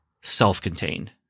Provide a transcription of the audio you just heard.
self-contained